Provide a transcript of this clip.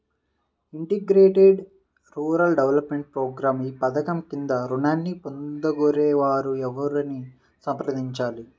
Integrated rural development programme ఈ పధకం క్రింద ఋణాన్ని పొందగోరే వారు ఎవరిని సంప్రదించాలి?